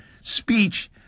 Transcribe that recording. speech